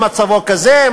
אם מצבו כזה,